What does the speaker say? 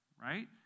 Right